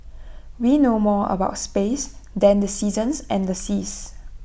we know more about space than the seasons and the seas